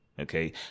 okay